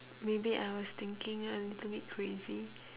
maybe I was thinking a little bit crazy